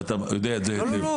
ואתה יודע את זה היטב.